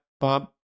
Bob